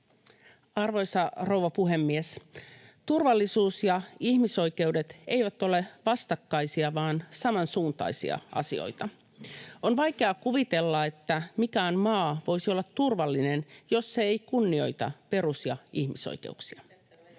Arvoisa rouva puhemies! Turvallisuus ja ihmisoikeudet eivät ole vastakkaisia vaan samansuuntaisia asioita. On vaikea kuvitella, että mikään maa voisi olla turvallinen, jos se ei kunnioita perus- ja ihmisoikeuksia.